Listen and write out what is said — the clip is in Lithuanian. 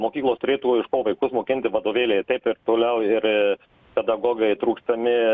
mokyklos turėtų iš ko vaikus mokinti vadovėliai taip ir toliau ir pedagogai trūkstami